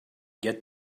get